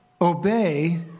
obey